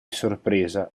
sorpresa